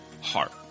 heart